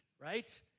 right